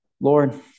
Lord